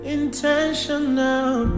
intentional